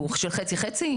של חצי-חצי?